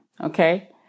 okay